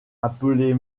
appelez